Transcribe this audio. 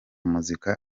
muzika